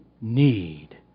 need